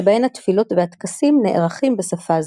שבהן התפילות והטקסים נערכים בשפה זו.